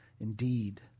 indeed